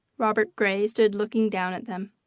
robert gray stood looking down at them.